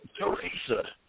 Teresa